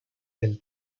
del